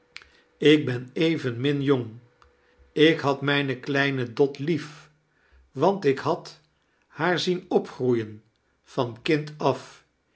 ik ben evenmin jcmg ik had mijne kleine dot lief want ik had haar zien opgroeien van kind af